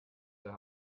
der